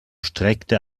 streckte